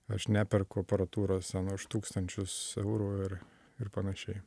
aš neperku aparatūros ten už tūkstančius eurų ir ir panašiai